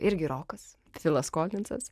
irgi rokas filas kolinzas